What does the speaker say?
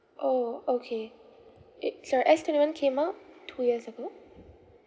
orh okay a~ sorry S twenty one came out two years ago